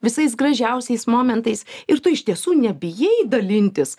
visais gražiausiais momentais ir tu iš tiesų nebijai dalintis